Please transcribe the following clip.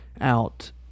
out